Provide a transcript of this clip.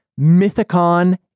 Mythicon